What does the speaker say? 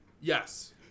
Yes